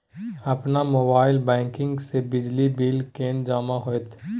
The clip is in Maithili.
अपन मोबाइल बैंकिंग से बिजली बिल केने जमा हेते?